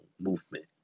movement